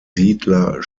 siedler